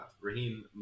Raheem